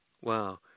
Wow